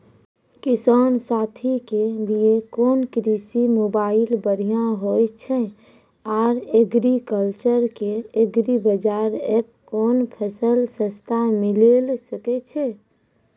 किसान साथी के लिए कोन कृषि मोबाइल बढ़िया होय छै आर एग्रीकल्चर के एग्रीबाजार एप कोन फसल सस्ता मिलैल सकै छै?